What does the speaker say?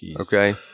Okay